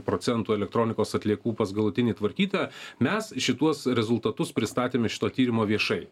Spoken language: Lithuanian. procentų elektronikos atliekų pas galutinį tvarkytoją mes šituos rezultatus pristatėme šitą tyrimą viešai